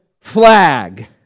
flag